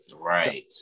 Right